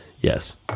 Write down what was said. Yes